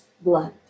blood